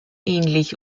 ähnlich